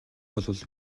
болбол